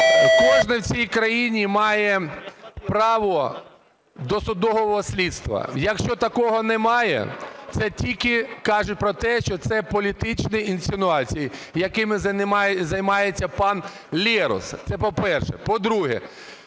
кожний в цій країні має право досудового слідства. Якщо такого немає, це тільки каже про те, що це політичні інсинуації, якими займається пан Лерос. Це по-перше. По-друге,